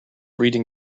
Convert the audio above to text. reading